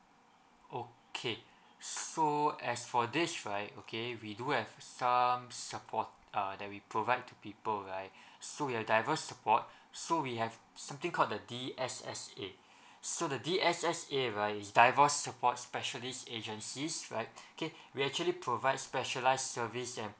okay so as for this right okay we do have some support err that we provide to people right so we have diverse support so we have something called the D_S_S_A so the D_S_S_A right is divorce support specialist agencies right okay we actually provide specialised service and